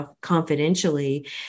confidentially